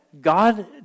God